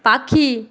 পাখি